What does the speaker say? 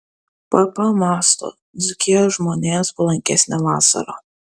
pp mąsto dzūkija žmonėms palankesnė vasarą